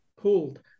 pulled